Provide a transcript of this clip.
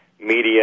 media